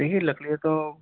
یہی لکڑی تو